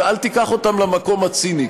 ואל תיקח אותם למקום הציני,